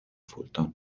fulton